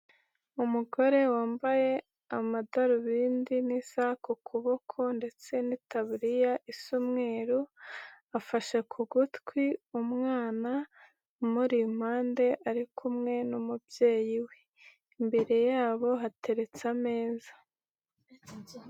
Umugore wambaye amadarubindi n'isaha ku kuboko ndetse n'itaburiya isa umweru, afashe ku gutwi, umwana umuri impande ari kumwe n'umubyeyi we, imbere yabo hateretse ameza.